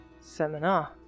seminar